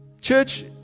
Church